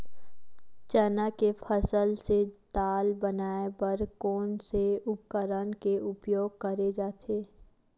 चना के फसल से दाल बनाये बर कोन से उपकरण के उपयोग करे जाथे?